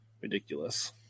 ridiculous